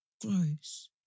Gross